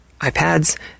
ipads